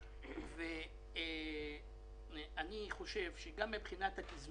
אני חושב ששווה לעשות עוד